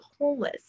homeless